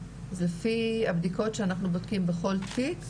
אז לפי הבדיקות שאנחנו בודקים בכל תיק,